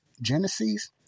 Genesis